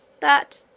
that,